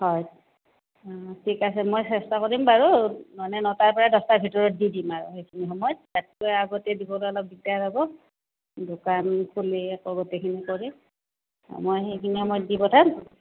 হয় ঠিক আছে মই চেষ্টা কৰিম বাৰু মানে নটাৰ পৰা দহটাৰ ভিতৰত দি দিম আৰু সেইখিনি সময়ত তাতকৈ আগতে দিবলৈ অলপ দিগদাৰ হ'ব দোকান খুলি আকৌ গোটেইখিনি কৰি অঁ মই সেইখিনি সময়ত দি পঠাম